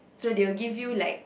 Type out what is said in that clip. so they'll give you like